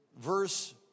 verse